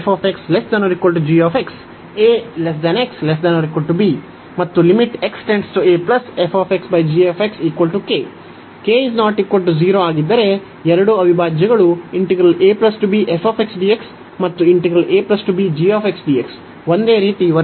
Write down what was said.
k ≠ 0 ಆಗಿದ್ದರೆ ಎರಡೂ ಅವಿಭಾಜ್ಯಗಳು ಮತ್ತು ಒಂದೇ ರೀತಿ ವರ್ತಿಸುತ್ತವೆ